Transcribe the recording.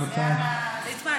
ליצמן,